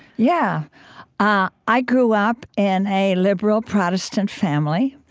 yeah ah i grew up in a liberal protestant family,